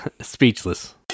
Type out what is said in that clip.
Speechless